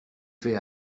fait